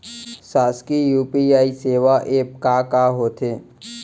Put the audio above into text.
शासकीय यू.पी.आई सेवा एप का का होथे?